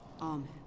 Amen